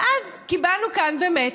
ואז קיבלנו כאן באמת,